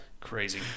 Crazy